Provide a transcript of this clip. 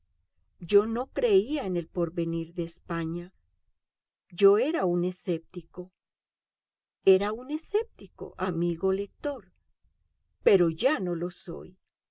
yo no creía en el porvenir de españa yo era un escéptico era un escéptico amigo lector pero ya no lo soy